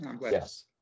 yes